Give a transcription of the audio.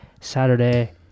saturday